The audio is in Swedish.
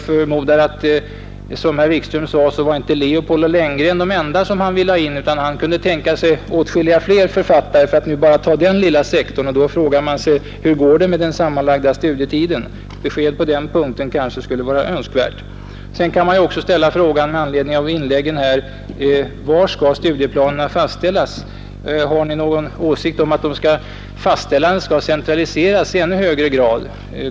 Herr Wikström sade att Leopold och Lenngren inte var de enda han ville ha in, utan han kunde tänka sig åtskilliga fler författare, för att nu bara ta den lilla sektorn. Då frågar man sig hur det går med den sammanlagda studietiden. Besked på den punkten skulle vara önskvärt. Sedan kan man också med anledning av dessa inlägg ställa frågan: Var skall studieplanerna fastställas? Har ni någon åsikt om huruvida fastställandet skall centraliseras i ännu högre grad?